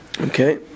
Okay